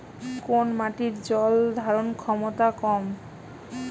কোন মাটির জল ধারণ ক্ষমতা কম?